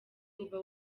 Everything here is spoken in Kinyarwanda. uba